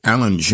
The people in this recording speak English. Alan